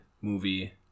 movie